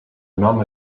nom